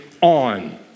on